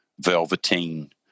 velveteen